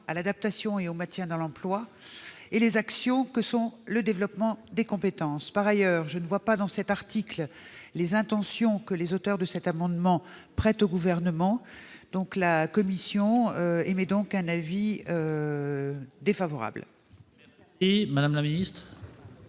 à l'adaptation et au maintien dans l'emploi et les actions de développement des compétences. Par ailleurs, je ne vois pas dans cet article les intentions que les auteurs de cet amendement prêtent au Gouvernement. La commission est donc défavorable